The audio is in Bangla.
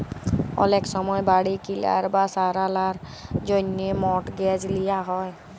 অলেক সময় বাড়ি কিলার বা সারালর জ্যনহে মর্টগেজ লিয়া হ্যয়